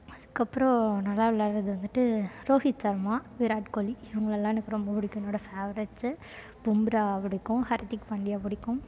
அதுக்கப்புறம் நல்லா விளாடுறது வந்துவிட்டு ரோஹித் சர்மா விராட் கோலி இவங்களைலாம் எனக்கு ரொம்பப் பிடிக்கும் என்னோடய ஃபேவரட்ஸு பும்ரா பிடிக்கும் ஹர்திக் பாண்டியா பிடிக்கும்